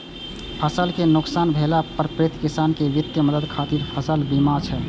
फसल कें नुकसान भेला पर पीड़ित किसान कें वित्तीय मदद खातिर फसल बीमा छै